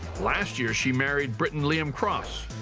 last year she married briton liam cross.